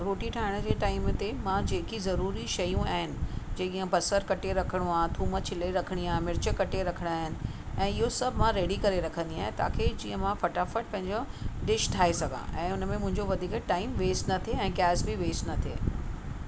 रोटी ठाहिण जे टाइम ते मां जेकी ज़रूरी शयूं आहिनि जीअं बसरु कटे रखिणो आहे थूम छिले रखिणी आहे मिर्च कटे रखिणा आहिनि ऐं इहो सभु मां रेडी करे रखंदी आहियां ताकी जीअं मां फटाफट पंहिंजो डिश ठाहे सघां ऐं उनमें मुंहिंजो वधीक टाइम वेस्ट न थिए ऐं गॅस बि वेस्ट न थिए